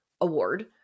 award